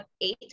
eight